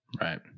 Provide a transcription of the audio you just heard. Right